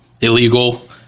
illegal